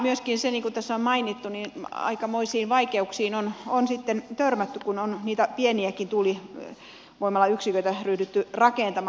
niin kuin tässä on mainittu aikamoisiin vaikeuksiin on myöskin sitten törmätty kun on niitä pieniäkin tuulivoimalayksiköitä ryhdytty rakentamaan